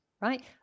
Right